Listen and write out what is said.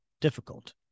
difficult